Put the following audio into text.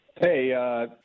Hey